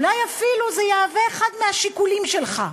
אולי אפילו זה יהיה אחד מהשיקולים שלך,